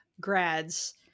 grads